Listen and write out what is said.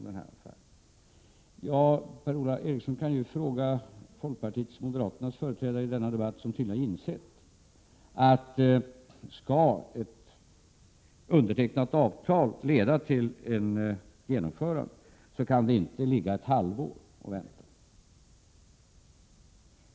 Per-Ola Eriksson kan ju fråga folkpartiets och moderaternas företrädare i denna debatt, som tydligen har insett att skall ett undertecknat avtal leda till ett genomförande, kan det inte ligga ett halvår och vänta.